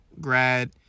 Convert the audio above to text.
grad